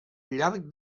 llarg